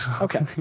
Okay